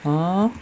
!huh!